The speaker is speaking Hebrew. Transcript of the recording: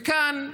וכאן,